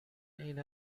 این